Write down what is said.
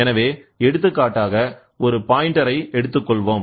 எனவே எடுத்துக்காட்டாக ஒரு பாய்ண்டரை எடுத்துக்கொள்வோம்